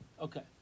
Okay